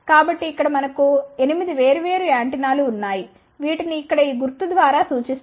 కాబట్టి ఇక్కడ మనకు 8 వేర్వేరు యాంటెనాలు ఉన్నాయి వీటిని ఇక్కడ ఈ గుర్తు ద్వారా సూచిస్తారు